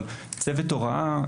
אבל צוות ההוראה,